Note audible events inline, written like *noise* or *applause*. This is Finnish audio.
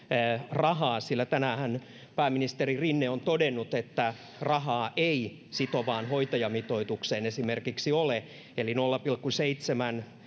rahaa sillä tänäänhän pääministeri rinne on todennut että rahaa ei esimerkiksi sitovaan hoitajamitoitukseen ole eli nolla pilkku seitsemän *unintelligible*